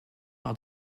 par